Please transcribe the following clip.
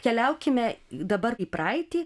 keliaukime dabar į praeitį